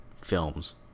films